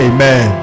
Amen